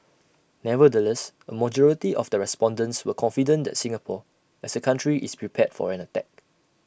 nevertheless A majority of the respondents were confident that Singapore as A country is prepared for an attack